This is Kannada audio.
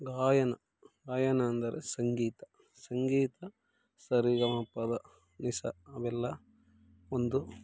ಗಾಯನ ಗಾಯನ ಅಂದರೆ ಸಂಗೀತ ಸಂಗೀತ ಸರಿಗಮಪದ ನಿಸ ಅವೆಲ್ಲ ಒಂದು